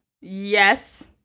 Yes